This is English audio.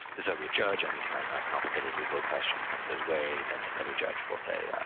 the soviet judge any time a complicated legal question comes his way, then the soviet judge will say, yeah